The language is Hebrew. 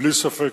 בלי ספק,